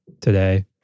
today